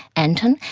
anton,